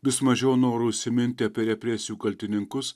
vis mažiau noro užsiminti apie represijų kaltininkus